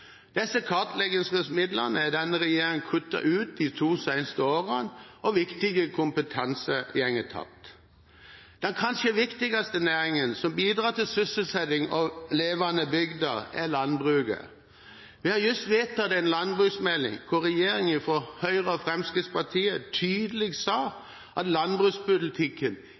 Disse kartleggingsmidlene har denne regjeringen kuttet ut de to siste årene, og viktig kompetanse går tapt. Den kanskje viktigste næringen som bidrar til sysselsetting og levende bygder, er landbruket. Vi har akkurat behandlet en landbruksmelding, hvor regjeringen fra Høyre og Fremskrittspartiet tydelig sa at landbrukspolitikken